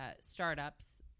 startups